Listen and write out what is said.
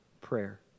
prayer